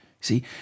See